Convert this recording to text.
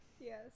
Yes